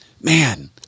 man